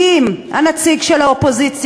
כי אם הנציג של האופוזיציה,